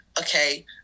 okay